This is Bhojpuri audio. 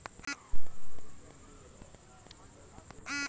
हाइब्रिड बीज क का फायदा नुकसान ह?